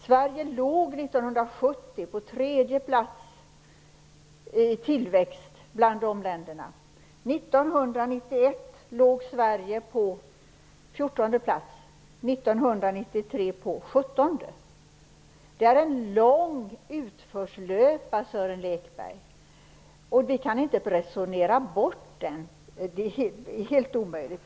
Sverige låg 1970 på tredje plats i tillväxt bland de länderna. 1991 låg Sverige på fjortonde plats, 1993 på sjuttonde. Det är en lång utförslöpa, Sören Lekberg. Vi kan inte resonera bort den, det är helt omöjligt.